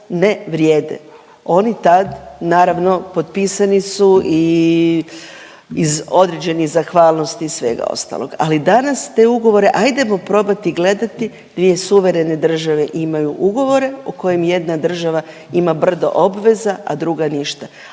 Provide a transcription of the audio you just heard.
ne vrijede. Oni tad, naravno, potpisani su u i iz određenih zahvalnosti i svega ostalog, ali danas te ugovore, ajdemo probati gledati dvije suverene imaju ugovore u kojem jedna država ima brdo obveza, a druga ništa.